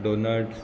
donuts